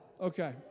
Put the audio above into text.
Okay